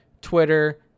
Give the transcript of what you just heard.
Twitter